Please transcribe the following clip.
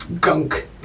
gunk